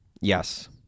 Yes